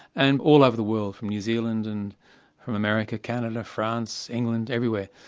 and all over the world, from new zealand and from america, canada, france, england, everywhere.